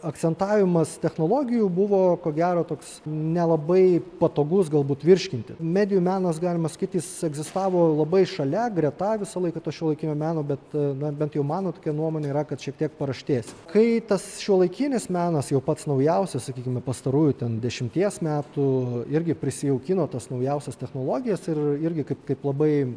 akcentavimas technologijų buvo ko gero toks nelabai patogus galbūt virškinti medijų menas galima sakyti jis egzistavo labai šalia greta visą laiką to šiuolaikinio meno bet na bent jau mano tokia nuomonė yra kad šiek tiek paraštėse kai tas šiuolaikinis menas jau pats naujausias sakykime pastarųjų ten dešimties metų irgi prisijaukino tas naujausias technologijas ir irgi kaip kaip labai